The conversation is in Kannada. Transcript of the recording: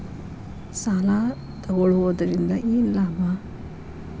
ಸಾಲ ತಗೊಳ್ಳುವುದರಿಂದ ಏನ್ ಲಾಭ?